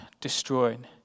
destroyed